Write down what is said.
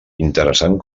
interessant